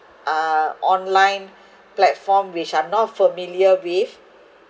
uh online platform which are not familiar with